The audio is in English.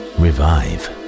revive